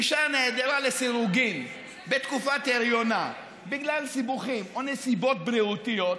אישה נעדרה לסירוגין בתקופת הריונה בגלל סיבוכים או נסיבות בריאותיות,